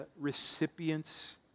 recipient's